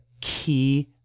key